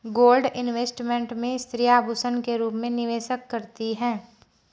gold investment में स्त्रियां आभूषण के रूप में निवेश करती हैं